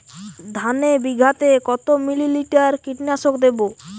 ধানে বিঘাতে কত মিলি লিটার কীটনাশক দেবো?